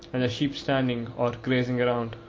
and the sheep standing or grazing around.